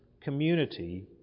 community